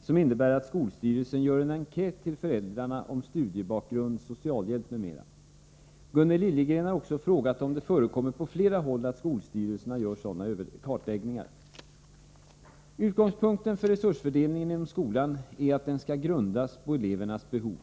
som innebär att skolstyrelsen gör en enkät till föräldrarna om studiebakgrund, socialhjälp m.m. inte kommer till användning. Gunnel Liljegren har också frågat om det förekommer på flera håll att skolstyrelserna gör sådana kartläggningar. Utgångspunkten för resursfördelningen inom skolan är att den skall grundas på elevernas behov.